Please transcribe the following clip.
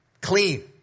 Clean